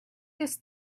this